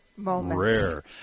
Rare